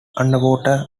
underwater